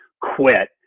quit